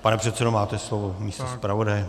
Pane předsedo, máte slovo místo zpravodaje.